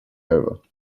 over